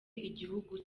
igihugu